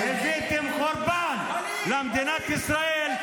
אתם חבורה של טרוריסטים.